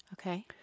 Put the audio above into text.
Okay